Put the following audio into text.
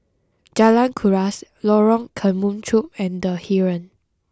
Jalan Kuras Lorong Kemunchup and the Heeren